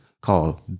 called